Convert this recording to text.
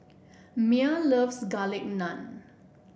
Mia loves Garlic Naan